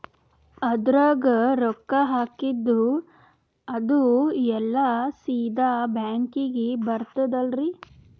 ಅದ್ರಗ ರೊಕ್ಕ ಹಾಕಿದ್ದು ಅದು ಎಲ್ಲಾ ಸೀದಾ ಬ್ಯಾಂಕಿಗಿ ಬರ್ತದಲ್ರಿ?